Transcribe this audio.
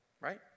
Right